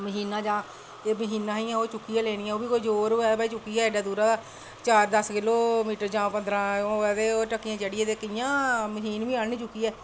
ते मशीनां जां ते एह् मशीनां हियां ओह्बी चुक्कियै लैनियां ते जोर होऐ कोई चुक्कियै एड्डे दूरा चार दस्स किलोमीटर जाना पौंदा लैने गी ग्रांऽ होऐ ते ओह् ढक्कियां चढ़ियै कियां मशीन बी आह्ननी चुक्कियै